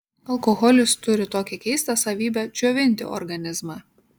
alkoholis turi tokią keistą savybę džiovinti organizmą